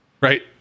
Right